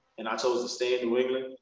and i chose to stay in new england,